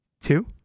two